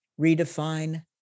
redefine